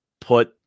put